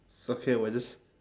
it's okay we're just